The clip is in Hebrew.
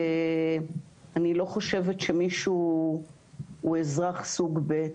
ואני לא חושבת שמישהו הוא אזרח סוג ב',